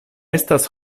estas